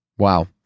Wow